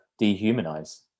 dehumanize